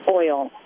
oil